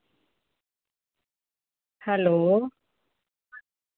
hello